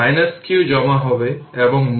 সুতরাং এখানে এটি v 0 0 এবং c হল 2 মাইক্রোফ্যারাড